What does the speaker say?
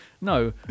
No